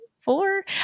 four